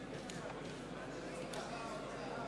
מצביע אריאל אטיאס,